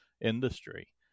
industry